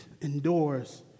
endures